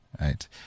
right